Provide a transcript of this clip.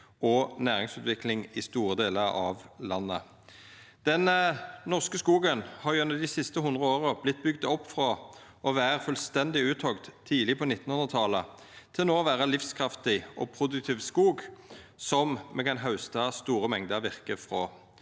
og næringsutvikling i store delar av landet. Den norske skogen har gjennom dei siste hundre åra blitt bygd opp frå å vera fullstendig uthogd tidleg på 1900-talet til no å vera livskraftig og produktiv skog som me kan hausta store mengder virke frå.